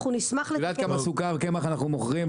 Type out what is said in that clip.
אנחנו נשמח ל --- את יודעת כמה סוכר וקמח אנחנו מוכרים?